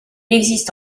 existe